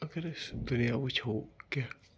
اگر أسۍ دُنیا وٕچھو کینٛہہ